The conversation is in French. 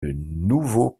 nouveaux